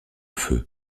feu